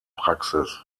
praxis